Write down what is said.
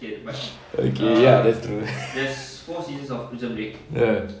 okay ya that's true ah